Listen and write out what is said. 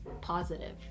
positive